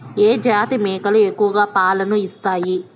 ఏ జాతి మేకలు ఎక్కువ పాలను ఇస్తాయి?